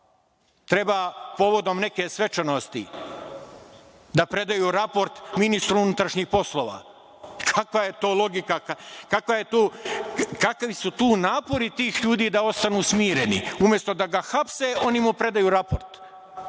treba povodom neke svečanosti da predaju raport ministru unutrašnjih poslova. Kakva je to logika? Kakvi su tu napori tih ljudi da ostanu smireni, umesto da ga hapse oni mu predaju raport